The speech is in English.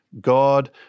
God